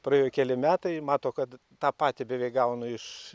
praėjo keli metai mato kad tą patį beveik gaunu iš